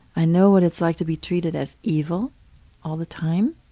i know what it's like to be treated as evil all the time,